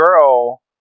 girl